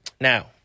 Now